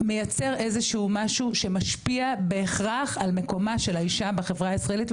מייצר איזה שהוא משהו שמשפיע בהכרח על מקומה של האישה בחברה הישראלית,